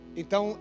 então